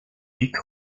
luke